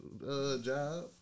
job